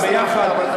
יחד?